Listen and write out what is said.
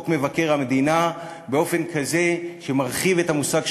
מבקר המדינה באופן כזה שמרחיב אותו.